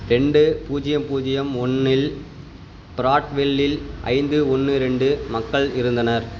ரெண்டு பூஜ்ஜியம் பூஜ்ஜியம் ஒன்றில் ப்ராட்வெல்லில் ஐந்து ஒன்று ரெண்டு மக்கள் இருந்தனர்